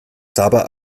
saba